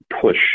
push